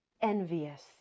envious